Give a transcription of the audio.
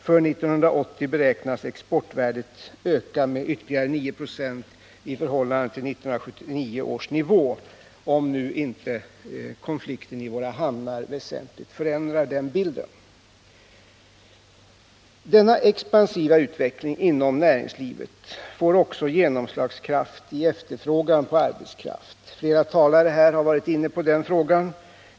För 1980 beräknas exportvärdet öka med ytterligare 9 90 i förhållande till 1979 års nivå, om nu inte konflikten i våra hamnar väsentligt förändrar den bilden. Denna expansiva utveckling inom näringslivet får också genomslagskraft i efterfrågan på arbetskraft. Flera talare här har varit inne på den frågan.